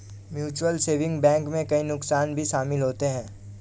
mutual saving bank में कई नुकसान भी शमिल होते है